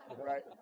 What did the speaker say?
Right